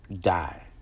die